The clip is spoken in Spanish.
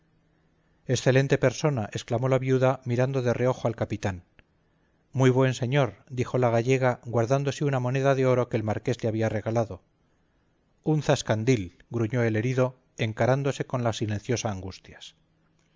excelente persona exclamó la viuda mirando de reojo al capitán muy buen señor dijo la gallega guardándose una moneda de oro que el marqués le había regalado un zascandil gruñó el herido encarándose con la silenciosa angustias